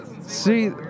See